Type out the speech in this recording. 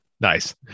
Nice